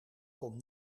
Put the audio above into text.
kom